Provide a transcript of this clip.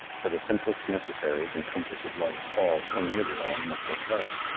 for the simplest necessaries and comforts of life all, or nearly all, must work hard.